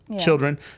children